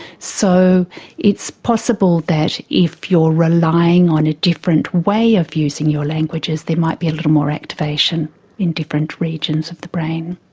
so it's possible that if you're relying on a different way of using your languages there might be a little more activation in different regions of the brain.